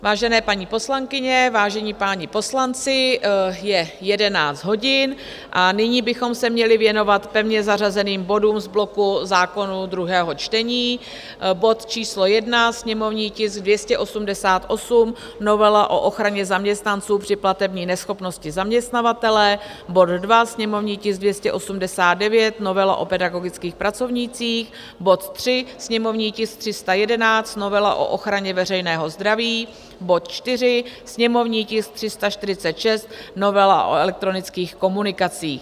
Vážené paní poslankyně, vážení páni poslanci, je 11 hodin a nyní bychom se měli věnovat pevně zařazeným bodům z bloku zákonů druhého čtení: bod číslo 1, sněmovní tisk 288, novela o ochraně zaměstnanců při platební neschopnosti zaměstnavatele, bod 2, sněmovní tisk 289, novela o pedagogických pracovnících, bod 3, sněmovní tisk 311, novela o ochraně veřejného zdraví, bod 4, sněmovní tisk 346, novela o elektronických komunikacích.